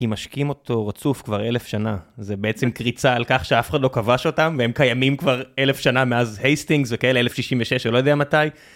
היא משקים אותו רצוף כבר אלף שנה, זה בעצם קריצה על כך שאף אחד לא כבש אותם, והם קיימים כבר אלף שנה מאז הייסטינג, זה כאלה, אלף שישים ושש, אני לא יודע מתי.